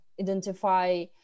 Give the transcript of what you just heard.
identify